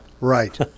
right